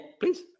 please